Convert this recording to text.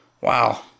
Wow